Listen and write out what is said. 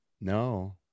No